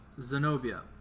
Zenobia